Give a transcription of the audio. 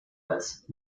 als